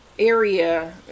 Area